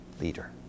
leader